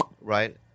Right